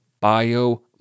Bio